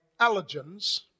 allergens